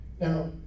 Now